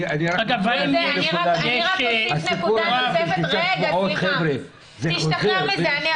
הסיפור הזה של שלושה שבועות חבר'ה, זה חוזר.